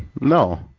No